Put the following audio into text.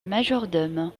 majordome